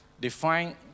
define